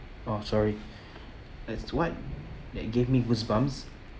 oh sorry as what that gave me goosebumps